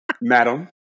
madam